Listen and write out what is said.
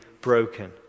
broken